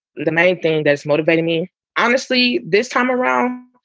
the main thing that's motivating me honestly this time around,